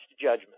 judgment